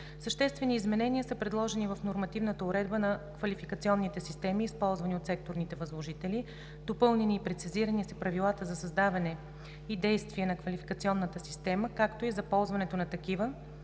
Съществени изменения са предложени в нормативната уредба на квалификационните системи, използвани от секторните възложители. Допълнени и прецизирани са правилата за създаване и действие на квалификационната система, както и за ползването на такава,